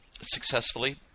successfully